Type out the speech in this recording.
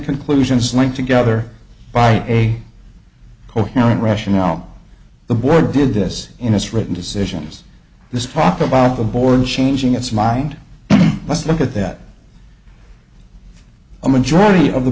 conclusions linked together by a coherent rationale the board did this in its written decisions this prop about the bourne changing its mind let's look at that a majority of the